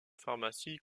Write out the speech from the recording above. pharmacie